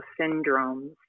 syndromes